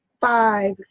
five